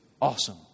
awesome